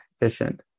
efficient